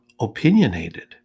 opinionated